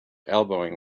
elbowing